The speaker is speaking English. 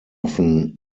often